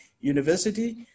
University